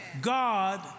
God